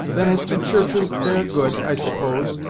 then as to churches, they are good, i suppose,